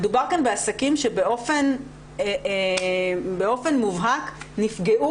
מדובר כאן בעסקים שבאופן מובהק נפגעו